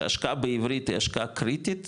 שההשקעה בעברית היא השקעה קריטית,